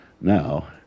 now